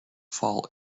fall